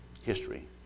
history